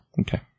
Okay